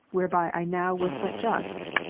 whereby i now was but just,